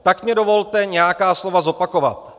Tak mi dovolte nějaká slova zopakovat: